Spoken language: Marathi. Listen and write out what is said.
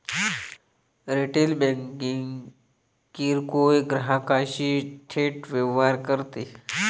रिटेल बँकिंग किरकोळ ग्राहकांशी थेट व्यवहार करते